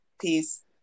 Peace